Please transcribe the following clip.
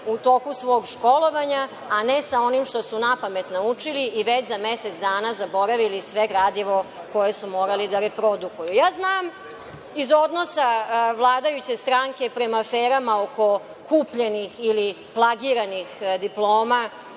u toku svog školovanja, a ne sa onim što su napamet naučili i već za mesec dana zaboravili sve gradivo koje su morali da reprodukuju. Ja znam, iz odnosa vladajuće stranke prema aferama oko kupljenih ili plagiranih diploma